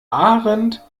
ahrendt